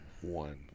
one